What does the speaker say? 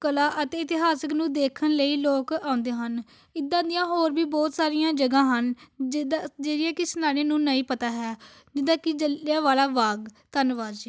ਕਲਾ ਅਤੇ ਇਤਿਹਾਸਿਕ ਨੂੰ ਦੇਖਣ ਲਈ ਲੋਕ ਆਉਂਦੇ ਹਨ ਇੱਦਾਂ ਦੀਆਂ ਹੋਰ ਵੀ ਬਹੁਤ ਸਾਰੀਆਂ ਜਗ੍ਹਾ ਹਨ ਜਿੱਦਾਂ ਜਿਹੜੀਆਂ ਕਿ ਸੈਲਾਨੀਆਂ ਨੂੰ ਨਹੀਂ ਪਤਾ ਹੈ ਜਿੱਦਾ ਕੀ ਜਲ੍ਹਿਆਂਵਾਲਾ ਬਾਗ ਧੰਨਵਾਦ ਜੀ